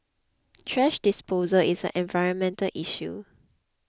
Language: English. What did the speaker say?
thrash disposal is an environmental issue